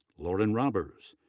lauren robbers,